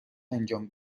انجام